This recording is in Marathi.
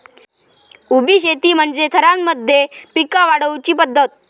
उभी शेती म्हणजे थरांमध्ये पिका वाढवुची पध्दत